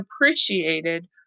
appreciated